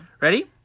Ready